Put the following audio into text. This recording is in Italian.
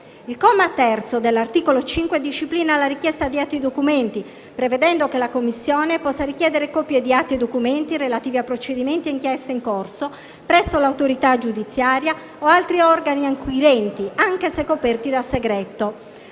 Il comma 3 dell'articolo 5 disciplina la richiesta di atti e documenti, prevedendo che la Commissione possa richiedere copie di atti e documenti relativi a procedimenti e inchieste in corso presso l'autorità giudiziaria o altri organi inquirenti, anche se coperti da segreto,